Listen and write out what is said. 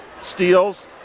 steals